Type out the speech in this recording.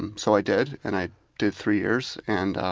and so i did. and i did three years. and ah